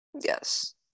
Yes